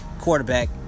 quarterback